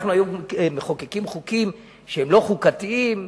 אנחנו היום מחוקקים חוקים שהם לא חוקתיים?